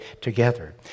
together